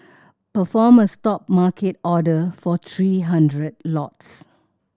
perform a stop market order for three hundred lots